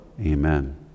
Amen